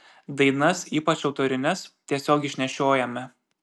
dainas ypač autorines tiesiog išnešiojame